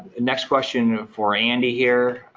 next question for andy here,